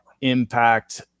impact